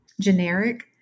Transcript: generic